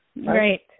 Right